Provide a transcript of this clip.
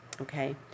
Okay